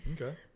Okay